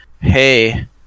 hey